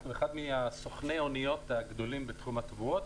אנחנו אחד מסוכני האוניות הגדולים בתחום התבואות,